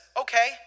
Okay